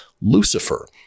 Lucifer